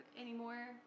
anymore